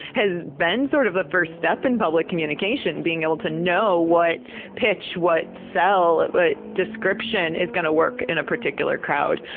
has been sort of a first step in public communication being able to know what pitch, what sell, what description is gonna work in a particular crowd.